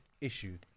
Issue